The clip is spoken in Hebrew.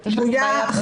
--- שגויה,